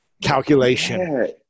calculation